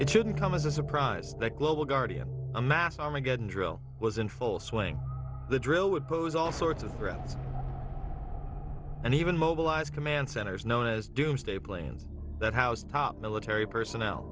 it shouldn't come as a surprise that global guardian a mass armageddon drill was in full swing the drill would pose all sorts of threats and even mobilize command centers known as doomsday planes that housed top military personnel